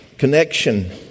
Connection